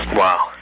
wow